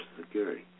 Security